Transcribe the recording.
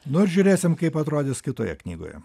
nu ir žiūrėsim kaip atrodys kitoje knygoje